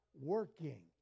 working